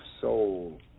soul